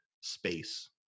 space